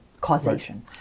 causation